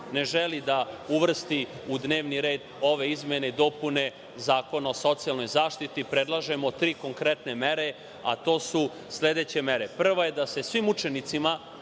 ne želi da uvrsti u dnevni red ove izmene i dopune Zakona o socijalnoj zaštiti i predlažem tri konkretne mere, a to su sledeće mere. Prva je da se svim učenicima